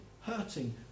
hurting